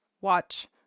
Watch